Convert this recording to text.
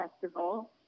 festival